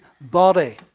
body